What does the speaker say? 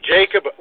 Jacob